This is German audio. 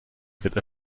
wieder